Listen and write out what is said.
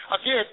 Again